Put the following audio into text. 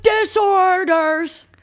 disorders